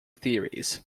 theories